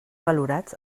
valorats